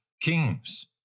kings